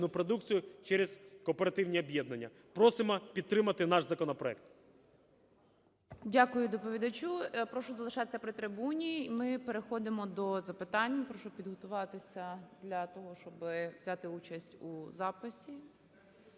Дякую доповідачу. Прошу залишатися при трибуні. І ми переходимо до запитань. Прошу підготуватися для того, щоб взяти участь в записі.